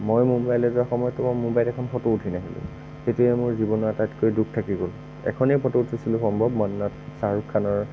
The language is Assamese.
মই মুম্বাইলৈ যোৱাৰ সময়ততো মই মুম্বাইত এখন ফটো উঠি নাহিলোঁ সেইটোৱে মোৰ জীৱনৰ আটাইতকৈ দুখ থাকি গ'ল এখনেই ফটো উঠিছিলোঁ সম্ভৱ মন্নত শ্বাহৰুখ খানৰ